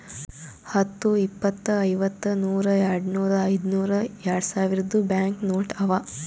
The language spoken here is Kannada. ಹತ್ತು, ಇಪ್ಪತ್, ಐವತ್ತ, ನೂರ್, ಯಾಡ್ನೂರ್, ಐಯ್ದನೂರ್, ಯಾಡ್ಸಾವಿರ್ದು ಬ್ಯಾಂಕ್ ನೋಟ್ ಅವಾ